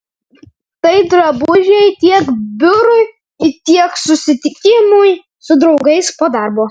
tai drabužiai tiek biurui tiek susitikimui su draugais po darbo